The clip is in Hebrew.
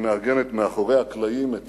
שמארגנת מאחורי הקלעים את